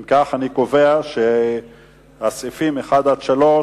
אם כך, אני קובע שסעיפים 1 3,